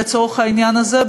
לצורך העניין הזה,